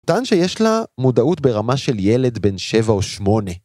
טען שיש לה מודעות ברמה של ילד בן 7 או 8.